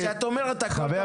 כשאת אומרת הכול טוב,